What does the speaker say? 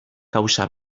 kausa